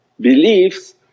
beliefs